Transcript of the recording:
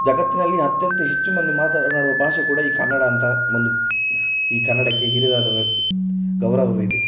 ಜಗತ್ತಿನಲ್ಲಿ ಅತ್ಯಂತ ಹೆಚ್ಚು ಮಂದಿ ಮಾತನಾಡುವ ಭಾಷೆ ಕೂಡ ಈ ಕನ್ನಡ ಅಂತ ಒಂದು ಈ ಕನ್ನಡಕ್ಕೆ ಹಿರಿದಾದ ಗೌರವವಿದೆ